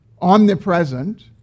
omnipresent